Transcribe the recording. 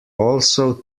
also